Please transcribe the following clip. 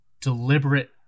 deliberate